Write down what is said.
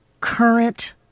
current